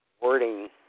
wording